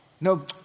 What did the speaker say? No